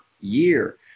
year